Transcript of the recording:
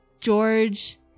George